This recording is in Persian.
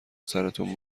سرتون